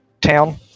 town